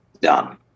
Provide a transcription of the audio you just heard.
done